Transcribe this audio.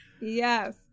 Yes